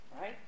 Right